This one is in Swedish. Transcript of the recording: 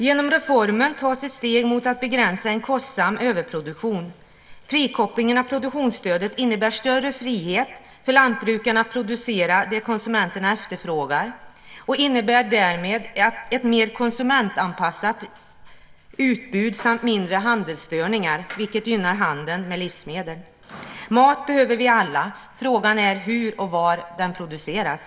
Genom reformen tas ett steg mot att begränsa en kostsam överproduktion. Frikopplingen av produktionsstödet innebär större frihet för lantbrukarna att producera det konsumenterna efterfrågar och innebär därmed ett mer konsumentanpassat utbud samt mindre handelsstörningar, vilket gynnar handeln med livsmedel. Mat behöver vi alla. Frågan är hur och var den produceras.